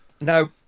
Now